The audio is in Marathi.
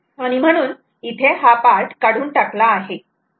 आणि म्हणून हा पार्ट काढून टाकला आहे